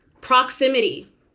proximity